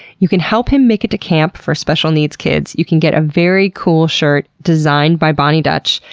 you can help him make it to camp for special needs kids. you can get a very cool shirt designed by boni dutch.